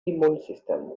immunsystem